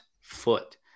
foot